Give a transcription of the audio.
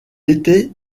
était